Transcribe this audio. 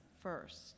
first